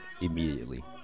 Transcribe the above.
Immediately